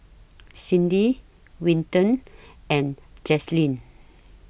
Cindy Winton and Jazlynn